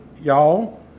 y'all